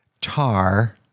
Tar